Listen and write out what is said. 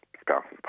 spouse's